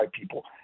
people